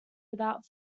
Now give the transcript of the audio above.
without